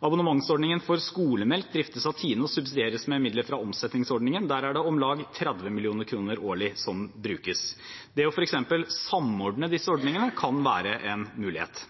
Abonnementsordningen for skolemelk driftes av Tine og subsidieres med midler fra omsetningsavgiften. Der er det om lag 30 mill. kr årlig som brukes. For eksempel å samordne disse ordningene kan være en mulighet.